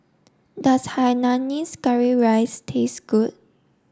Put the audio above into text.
does Hainanese Curry Rice taste good